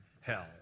hell